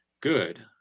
good